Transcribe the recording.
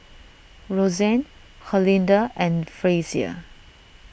Roxane Herlinda and Frazier